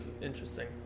Interesting